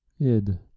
Id